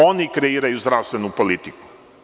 Oni kreiraju zdravstvenu politiku.